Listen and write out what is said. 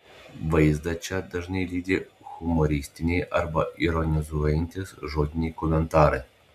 vaizdą čia dažnai lydi humoristiniai arba ironizuojantys žodiniai komentarai